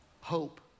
hope